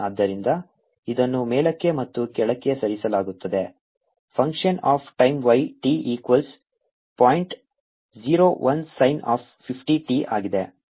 ಆದ್ದರಿಂದ ಇದನ್ನು ಮೇಲಕ್ಕೆ ಮತ್ತು ಕೆಳಕ್ಕೆ ಸರಿಸಲಾಗುತ್ತದೆ function of time y t equals point o 1 sin of 50 t ಆಗಿದೆ